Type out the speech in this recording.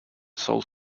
sold